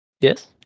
yes